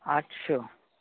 আটশো